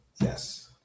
yes